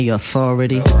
authority